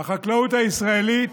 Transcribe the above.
החקלאות הישראלית